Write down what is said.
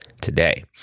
today